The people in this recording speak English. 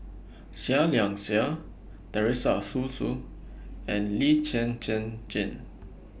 Seah Liang Seah Teresa Hsu and Lee Zhen Zhen Jane